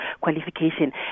qualification